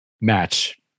match